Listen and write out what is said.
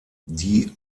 die